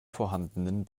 vorhandenen